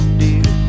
dear